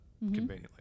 Conveniently